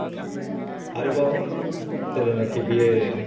आरोबाव जेलानाखि बे